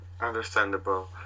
understandable